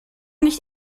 nicht